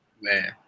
Man